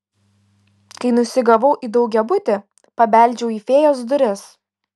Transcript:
kai nusigavau į daugiabutį pabeldžiau į fėjos duris